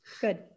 Good